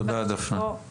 תודה דפנה.